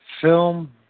Film